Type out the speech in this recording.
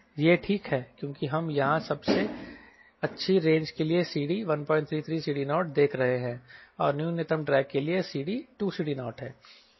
यह ठीक है क्योंकि हम यहां सबसे अच्छी रेंज के लिए CD 133CD0 देख रहे हैं और न्यूनतम ड्रैग के लिए CD 2CD0 है